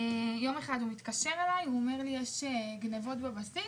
יום אחד הוא התקשר אליי ואמר: יש גניבות בבסיס,